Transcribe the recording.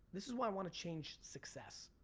this is why i want to change success.